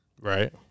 Right